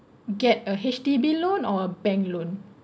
get a H_D_B loan or a bank loan